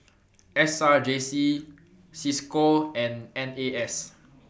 S R J C CISCO and N A S